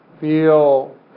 Feel